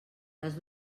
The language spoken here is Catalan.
les